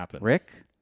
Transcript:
Rick